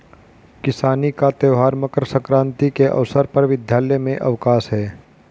किसानी का त्यौहार मकर सक्रांति के अवसर पर विद्यालय में अवकाश है